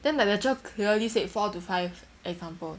then like the cher clearly said four to five examples